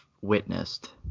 witnessed